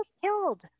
killed